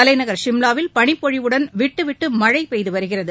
தலைநகர் ஷிம்லாவில் பளிப்பொழிவுடன் விட்டுவிட்டு மழழ பெய்து வருகிறது